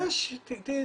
אני לא מכירה את זה.